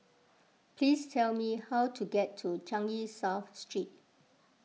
please tell me how to get to Changi South Street